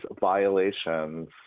violations